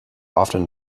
often